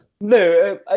No